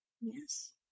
Yes